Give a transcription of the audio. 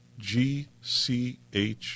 GCH